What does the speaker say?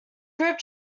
group